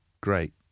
great